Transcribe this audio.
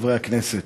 חברי הכנסת,